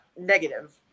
negative